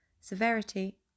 Severity